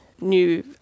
new